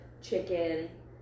chicken